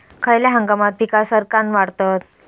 खयल्या हंगामात पीका सरक्कान वाढतत?